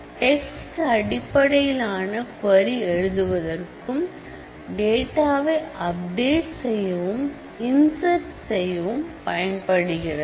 text அடிப்படையிலான query எழுதுவதற்கும் டேட்டாவை அப்டேட் செய்யவும் இன்ஷர்ட் செய்யவும் பயன்படுகிறது